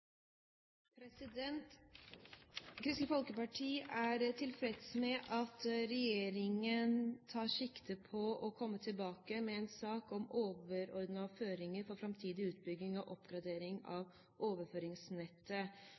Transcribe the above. tilfreds med at regjeringen tar sikte på å komme tilbake med en sak om overordnede føringer for framtidig utbygging og oppgradering av overføringsnettet,